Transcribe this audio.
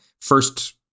first